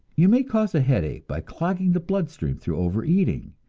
you may cause a headache by clogging the blood stream through overeating,